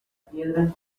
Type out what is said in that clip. piedra